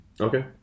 Okay